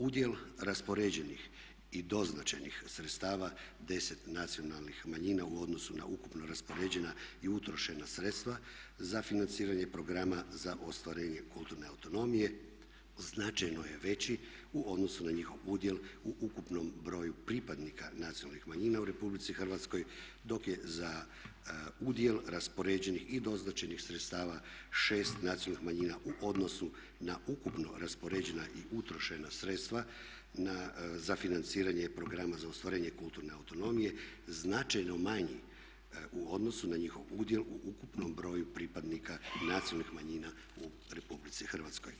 Udjel raspoređenih i doznačenih sredstava 10 nacionalnih manjina u odnosu na ukupno raspoređena i utrošena sredstva za financiranje programa za ostvarenje kulturne autonomije značajno je veći u odnosu na njihov udjel u ukupnom broju pripadnika nacionalnih manjina u Republici Hrvatskoj dok je za udjel raspoređenih i doznačenih sredstava 6 nacionalnih manjina u odnosu na ukupno raspoređena i utrošena sredstva za financiranje programa za ostvarenje kulturne autonomije značajno manji u odnosu na njihov udjel u ukupnom broju pripadnika nacionalnih manjina u Republici Hrvatskoj.